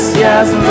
yes